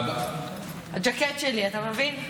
הז'קט שלי, אתה מבין?